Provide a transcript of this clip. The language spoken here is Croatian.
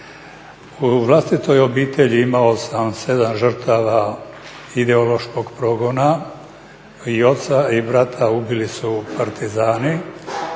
U vlastitoj obitelji imao sam 7 žrtava ideološkog progona, i oca i brata ubili su Partizani.